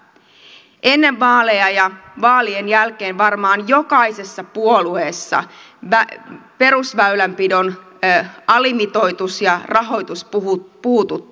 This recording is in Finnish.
ennen vaaleja ja vaalien jälkeen varmaan jokaisessa puolueessa perusväylänpidon alimitoitus ja rahoitus puhututtivat